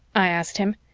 i asked him.